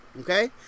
Okay